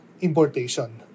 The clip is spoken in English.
importation